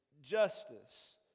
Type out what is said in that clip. justice